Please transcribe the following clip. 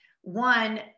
one